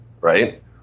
right